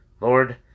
Lord